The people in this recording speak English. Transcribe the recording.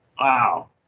wow